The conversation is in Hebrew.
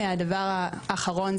זה